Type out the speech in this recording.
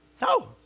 No